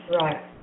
Right